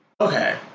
Okay